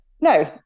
No